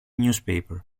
newspaper